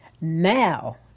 Now